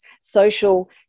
social